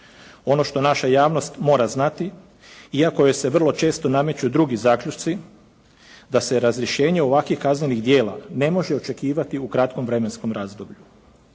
Ono što naša javnost mora znati, iako joj se vrlo često nameću drugi zaključci, da se razrješenje ovakvih kaznenih djela ne može očekivati u kratkom vremenskom razdoblju.